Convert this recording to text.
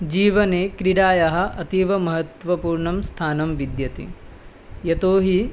जीवने क्रीडायाः अतीव महत्त्वपूर्णं स्थानं विद्यते यतो हि